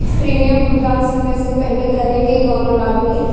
Premium भुगतान समय से पहिले करे पर कौनो लाभ मिली?